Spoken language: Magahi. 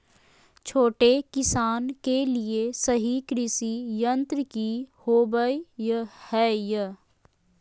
छोटे किसानों के लिए सही कृषि यंत्र कि होवय हैय?